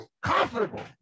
comfortable